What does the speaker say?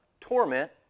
torment